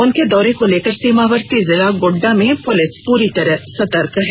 उनके दौरे को लेकर सीमावर्ती जिला गोड्डा में पुलिस पूरी तरह सतर्क है